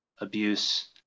abuse